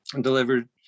delivered